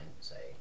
say